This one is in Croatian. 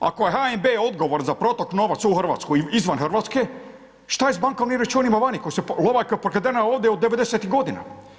Ako je HNB odgovor za protok novca u Hrvatskoj i izvan Hrvatske, šta je sa bankovnim računima vani, lova je pokradena ovdje od 90-tih godina.